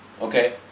okay